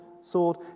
sword